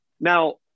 Now